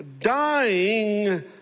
dying